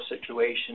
situation